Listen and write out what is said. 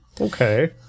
Okay